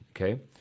okay